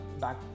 back